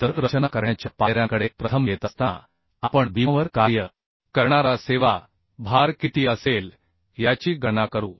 तर रचना करण्याच्या पायऱ्यांकडे प्रथम येत असताना आपण बीमवर कार्य करणारा सेवा भार किती असेल याची गणना करू